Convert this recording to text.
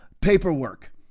paperwork